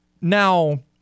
Now